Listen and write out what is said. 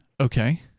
Okay